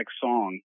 song